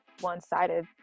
one-sided